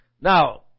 Now